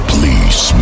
Please